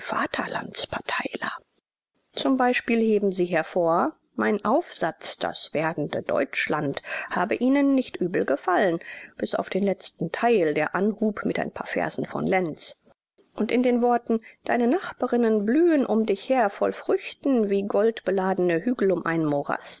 vaterlandsparteiler z b heben sie hervor mein aufsatz das werdende deutschland habe ihnen nicht übel gefallen bis auf den letzten teil der anhub mit ein paar versen von lenz und in den worten deine nachbarinnen blühen um dich her voll früchten wie goldbeladene hügel um einen morast